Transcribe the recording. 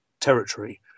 territory